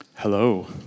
Hello